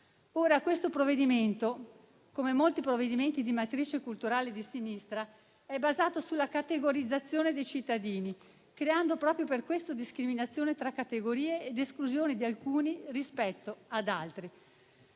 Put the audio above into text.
altri. Questo provvedimento, come molti provvedimenti di matrice culturale di sinistra, è basato sulla categorizzazione dei cittadini, creando proprio per questo discriminazione tra categorie ed esclusione di alcuni rispetto ad altri.